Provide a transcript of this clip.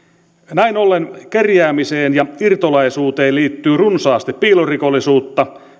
näin ollen kerjäämiseen ja irtolaisuuteen liittyy runsaasti piilorikollisuutta